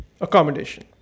Accommodation